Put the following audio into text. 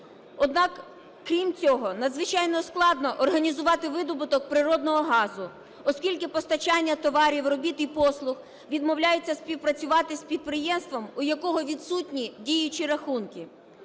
Однак, крім цього, надзвичайно складно організувати видобуток природного газу, оскільки постачання товарів, робіт і послуг… відмовляються співпрацювати з підприємством, у якого відсутні діючі рахунки.